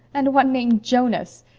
and one named jonas!